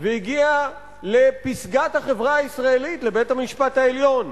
והגיע לפסגת החברה הישראלית, לבית-המשפט העליון.